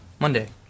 Monday